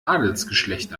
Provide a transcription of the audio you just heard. adelsgeschlecht